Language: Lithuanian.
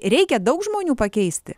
reikia daug žmonių pakeisti